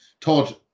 Todd